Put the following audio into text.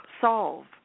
solve